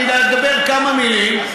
אני אומר כמה מילים.